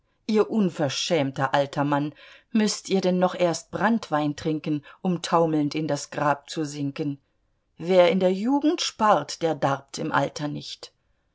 ihr unverschämter alter mann müßt ihr denn noch erst branntwein trinken um taumelnd in das grab zu sinken wer in der jugend spart der darbt im alter nicht